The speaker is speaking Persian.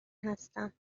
هستم